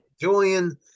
Julian